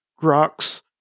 Grok's